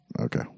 okay